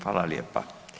Hvala lijepa.